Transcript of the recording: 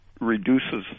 reduces